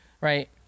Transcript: right